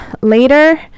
later